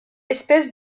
espèce